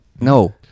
no